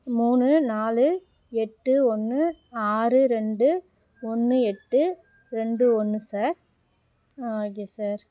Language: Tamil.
மூணு நாலு எட்டு ஒன்று ஆறு ரெண்டு ஒன்று எட்டு ரெண்டு ஒன்று சார் ஆ ஓகே சார்